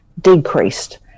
decreased